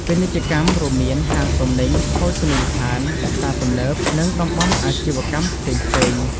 ពាណិជ្ជកម្ម រួមមាន ហាងទំនិញ ភោជនីយដ្ឋាន ផ្សារទំនើប និងតំបន់អាជីវកម្មផ្សេងៗ។